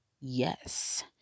Yes